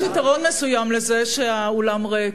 יש יתרון מסוים לזה שהאולם ריק,